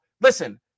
Listen